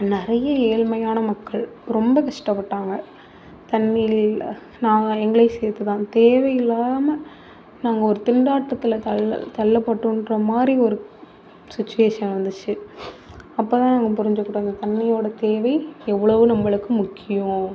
நிறையா ஏழ்மையான மக்கள் ரொம்ப கஷ்டப்பட்டாங்க தண்ணிர் இல்லை நாங்கள் எங்களையும் சேர்த்து தான் தேவையில்லாமல் நாங்கள் ஒரு திண்டாட்டத்தில் தள்ளல் தள்ளபட்டோம்ன்ற மாதிரி ஒரு சிச்சுவேஷன் வந்துச்சு அப்போ தான் நாங்கள் புரிஞ்சுக்கிட்டோம் இந்த தண்ணியோட தேவை எவ்வளோவோ நம்மளுக்கு முக்கியம்